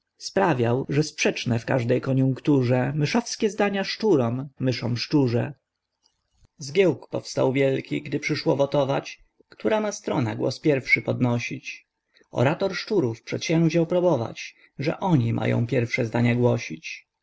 sprawiał że sprzeczne w każdej konjunkturze myszowskie zdania szczurom myszom szczurze zgiełk powstał wielki gdy przyszło wotować która ma strona głos pierwszy podnosić orator szczurów przedsięwziął probować że oni mają pierwsze zdania głosić